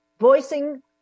voicing